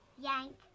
Yank